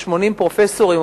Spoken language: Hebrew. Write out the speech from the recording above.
מ-80 פרופסורים,